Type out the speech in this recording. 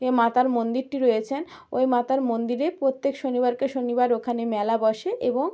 মাতার মন্দিরটি রয়েছেন ওই মাতার মন্দিরে প্রত্যেক শনিবারকে শনিবার ওখানে মেলা বসে এবং